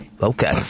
Okay